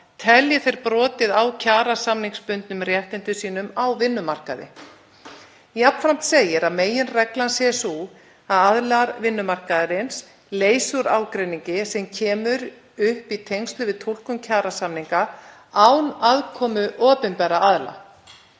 telji þeir brotið á kjarasamningsbundnum réttindum sínum á vinnumarkaði. Jafnframt segir að meginreglan sé sú að aðilar vinnumarkaðarins leysi úr ágreiningi sem kemur upp í tengslum við túlkun kjarasamninga án aðkomu opinberra aðila.